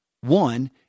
One